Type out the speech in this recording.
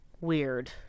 weird